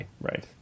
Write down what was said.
right